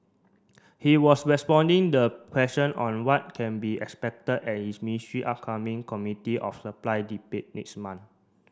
he was responding the question on what can be expected at is ministry upcoming Committee of Supply debate next month